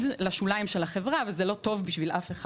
לשוליים של החברה וזה לא טוב לא אחד.